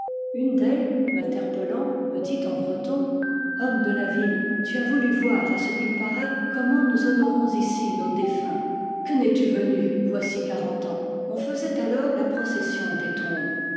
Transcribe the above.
une d'elles m'interpellant me dit en breton homme de la ville tu as voulu voir à ce qu'il paraît comment nous honorons ici nos défunts que n'es-tu venu voici quarante ans on faisait alors la procession des tombes